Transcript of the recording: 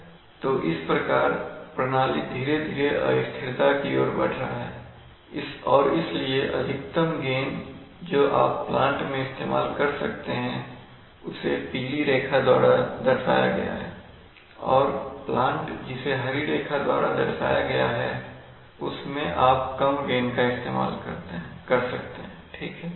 तो इस प्रकार प्रणाली धीरे धीरे अस्थिरता की ओर बढ़ रहा है और इसलिए अधिकतम गेन जो आप प्लांट में इस्तेमाल कर सकते हैं उसे पीली रेखा द्वारा दर्शाया गया है और प्लांट जिसे हरी रेखा द्वारा दर्शाया गया है उसमें आप कम गेन इस्तेमाल कर सकते हैं ठीक है